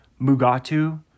Mugatu